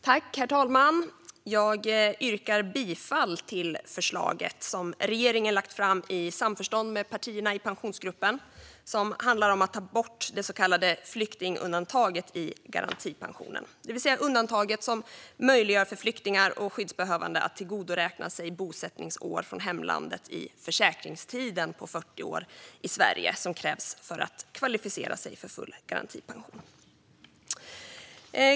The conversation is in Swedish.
Herr talman! Jag yrkar bifall till förslaget, som regeringen lagt fram i samförstånd med partierna i Pensionsgruppen och som handlar om att ta bort det så kallade flyktingundantaget i garantipensionen. Det är det undantag som möjliggör för flyktingar och skyddsbehövande att tillgodoräkna sig bosättningsår från hemlandet i försäkringstiden på 40 år i Sverige, vilket krävs för att kvalificera sig för full garantipension.